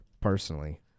personally